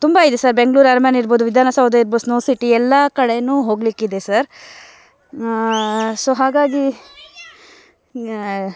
ತುಂಬಾ ಇದೆ ಸರ್ ಬೆಂಗ್ಳೂರು ಅರಮನೆ ಇರ್ಬೋದು ವಿಧಾನಸೌಧ ಇರ್ಬೋದು ಸ್ನೋ ಸಿಟಿ ಎಲ್ಲಾ ಕಡೆ ಹೋಗಲಿಕ್ಕಿದೆ ಸರ್ ಸೊ ಹಾಗಾಗಿ